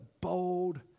bold